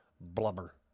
Blubber